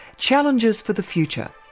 challenges for the future.